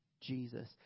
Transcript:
Jesus